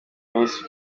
miss